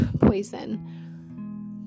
poison